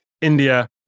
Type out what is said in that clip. India